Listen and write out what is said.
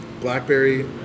blackberry